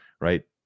right